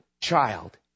child